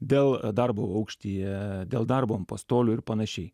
dėl darbo aukštyje dėl darbo an pastolių ir panašiai